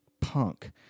punk